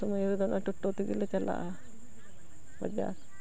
ᱚᱥᱳᱢᱳᱭ ᱨᱮᱫᱚ ᱴᱳᱴᱳ ᱛᱮᱜᱮ ᱞᱮ ᱪᱟᱞᱟᱜᱼᱟ ᱵᱟᱡᱟᱨ